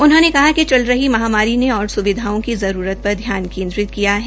उन्होंने कहा कि चल रही महामारी ने और सुविधाओं की जरूरत पर ध्यान केद्रिंत किया है